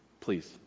please